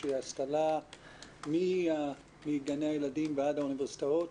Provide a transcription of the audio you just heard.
משום שהשכלה מגני הילדים ועד האוניברסיטאות